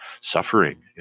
suffering